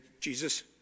Jesus